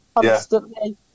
constantly